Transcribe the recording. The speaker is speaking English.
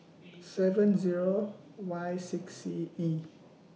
seven Zero Y six C E